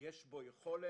יש בו יכולת